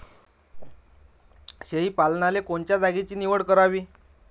शेळी पालनाले कोनच्या जागेची निवड करावी?